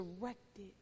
directed